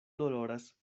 doloras